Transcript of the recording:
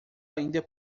ainda